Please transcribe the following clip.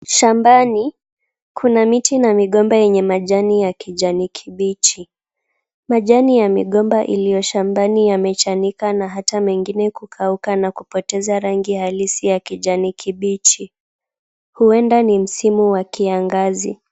Shambani kuna miti na migomba yenye majani ya kijani kibichi. Majani ya migomba iliyo shambani yamechanika na hata mengine kukauka na kupoteza rangi halisi ya kijani kibichi, huenda ni msimu wa kiangazi.